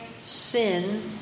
sin